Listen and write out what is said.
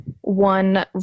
one